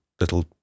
little